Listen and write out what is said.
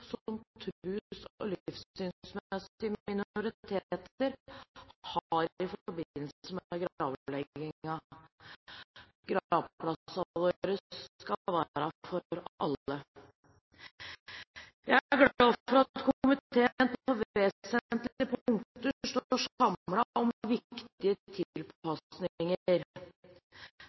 og livssynsmessige minoriteter har i forbindelse med gravlegging. Gravplassene våre skal være for alle. Jeg er glad for at komiteen på vesentlige punkter står samlet om viktige tilpasninger.